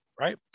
right